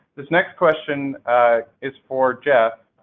this next question is for jeff,